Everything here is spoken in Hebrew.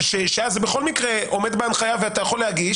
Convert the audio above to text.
שאז, בכל מקרה, הוא עומד בהנחיה ואתה יכול להגיש